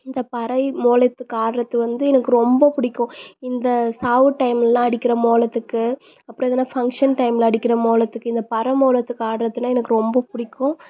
இந்த பறை மோளத்துக்கு ஆடுறது வந்து எனக்கு ரொம்ப பிடிக்கும் இந்த சாவு டைம்லெல்லாம் அடிக்கிற மோளத்துக்கு அப்புறம் எதனால் ஃபங்க்ஷன் டைமில் அடிக்கிற மோளத்துக்கு இந்த பறை மோளத்துக்கு ஆடுறதுன்னா எனக்கு ரொம்ப பிடிக்கும்